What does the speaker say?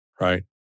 Right